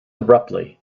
abruptly